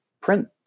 print